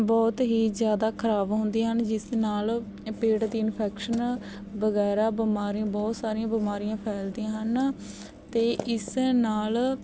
ਬਹੁਤ ਹੀ ਜ਼ਿਆਦਾ ਖਰਾਬ ਹੁੰਦੀਆਂ ਹਨ ਜਿਸ ਨਾਲ ਪੇਟ ਦੀ ਇਨਫੈਕਸ਼ਨ ਵਗੈਰਾ ਬਿਮਾਰੀਆਂ ਬਹੁਤ ਸਾਰੀਆਂ ਬਿਮਾਰੀਆਂ ਫੈਲਦੀਆਂ ਹਨ ਅਤੇ ਇਸ ਨਾਲ